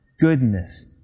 goodness